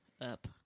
up